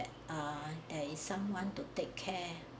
err there is someone to take care